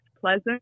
pleasant